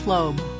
Lobe